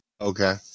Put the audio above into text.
Okay